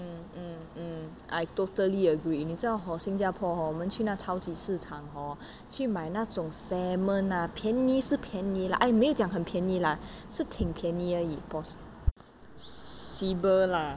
mm mm mm I totally agree 你知道 hor 新加坡 hor 我们去那超级市场 hor 去买那种 salmon ah 便宜是便宜 lah !aiya! 没有讲很便宜 lah 是挺便宜而已 possible lah